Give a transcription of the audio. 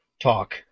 Talk